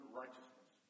righteousness